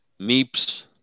Meeps